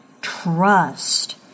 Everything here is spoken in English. Trust